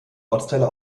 ortsteile